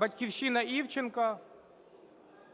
"Батьківщина" – Івченко.